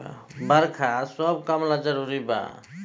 बरखा सब काम ला जरुरी बा